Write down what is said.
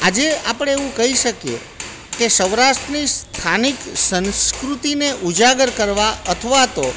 આજે આપણે એવું કહી શકીએ કે સૌરાષ્ટ્રની સ્થાનિક સંસ્કૃતિને ઉજાગર કરવા અથવા તો